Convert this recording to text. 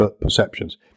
perceptions